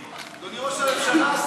אדוני ראש הממשלה,